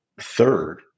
Third